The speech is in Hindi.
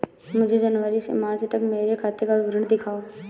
मुझे जनवरी से मार्च तक मेरे खाते का विवरण दिखाओ?